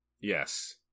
Yes